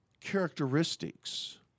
characteristics